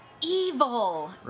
evil